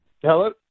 Hello